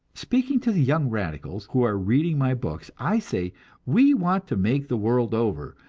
speaking to the young radicals who are reading my books, i say we want to make the world over,